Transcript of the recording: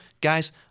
Guys